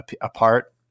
apart